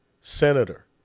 senator